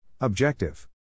Objective